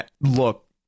Look